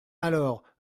alors